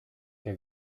che